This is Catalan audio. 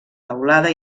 teulada